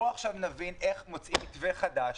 בואו עכשיו נבין איך מוצאים מתווה חדש.